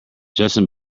justin